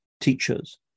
teachers